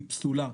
היא פסולה,